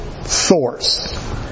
source